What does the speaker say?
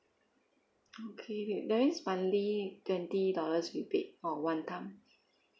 okay that means monthly twenty dollars rebate or one time